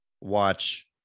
watch